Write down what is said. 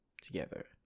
together